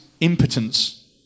impotence